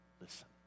listen